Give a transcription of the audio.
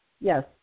Yes